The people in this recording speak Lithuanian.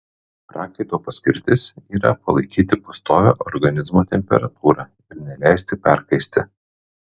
prakaito paskirtis yra palaikyti pastovią organizmo temperatūrą ir neleisti perkaisti